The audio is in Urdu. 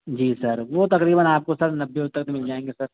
جی سر وہ تقریباً آپ کو سر نبے تک مِل جائیں گے سر